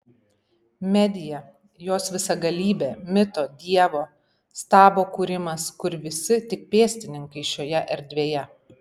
medija jos visagalybė mito dievo stabo kūrimas kur visi tik pėstininkai šioje erdvėje